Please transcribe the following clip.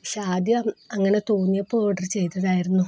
പക്ഷെ ആദ്യം അങ്ങനെ തോന്നിയപ്പോള് ഓർഡർ ചെയ്തതായിരുന്നു